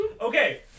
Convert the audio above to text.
Okay